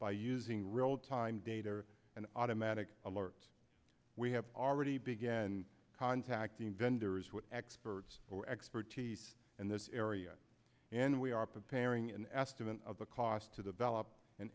by using real time data or an automatic alert we have already began contacting vendors with experts or expertise in this area and we are preparing an estimate of the cost to the valid and